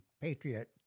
Patriot